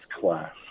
class